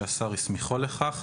שהשר הסמיכו לכך,